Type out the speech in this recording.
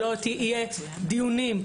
שלא יהיו דיונים,